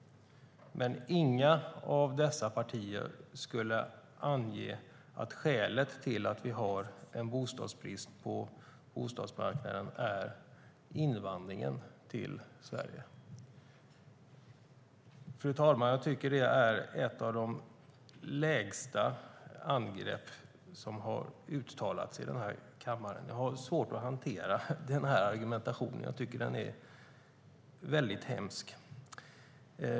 Men inga av dessa partier skulle ange att skälet till att vi har en bostadsbrist är invandringen till Sverige. Fru talman! Jag tycker att det var ett angrepp som var på den lägsta nivå som jag har hört uttalas i denna kammare. Jag har svårt att hantera denna argumentation, och jag tycker den är hemsk.